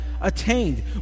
Attained